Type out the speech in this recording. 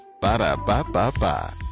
Ba-da-ba-ba-ba